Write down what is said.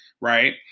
right